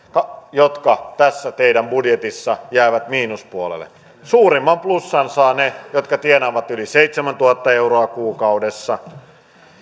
jotka tässä teidän budjetissanne jäävät miinuspuolelle suurimman plussan saavat ne jotka tienaavat yli seitsemäntuhatta euroa kuukaudessa